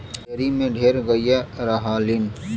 dairy में ढेर गइया रहलीन